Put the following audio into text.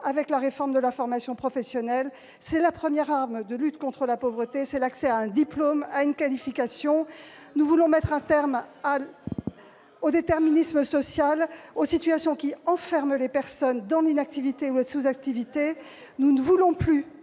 avec la réforme de la formation professionnelle. La première arme de lutte contre la pauvreté, c'est l'accès à un diplôme, à une qualification. Nous voulons mettre un terme au déterminisme social, aux situations qui enferment les personnes dans l'inactivité ou la sous-activité. Nous ne voulons plus